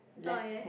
now I guess